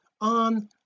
on